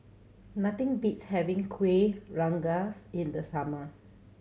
nothing beats having Kuih Rengas in the summer